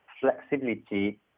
flexibility